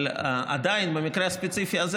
אבל עדיין במקרה הספציפי הזה,